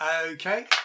Okay